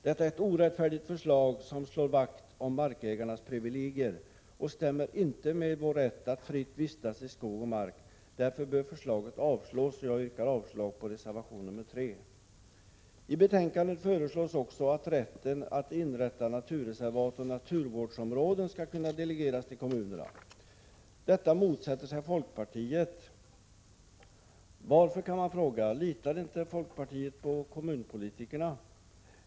Detta är ett orättfärdigt förslag som slår vakt om markägarnas privilegier och stämmer inte med vår rätt att fritt vistas i skog och mark. Därför bör förslaget avslås, och jag yrkar avslag på reservation 3. I betänkandet föreslås också att rätten att inrätta naturreservat och naturvårdsområden skall kunna delegeras till kommunerna. Detta motsätter sig folkpartiet. Varför? kan man fråga. Litar inte folkpartiet på kommunpolitikerna.